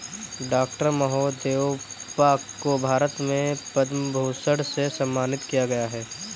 doctor Mahadevappa को भारत में पद्म भूषण से सम्मानित किया गया है